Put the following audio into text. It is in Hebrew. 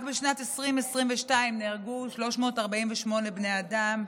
רק בשנת 2022 נהרגו 348 בני אדם,